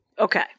Okay